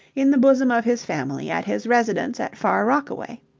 in the bosom of his family at his residence at far rockaway.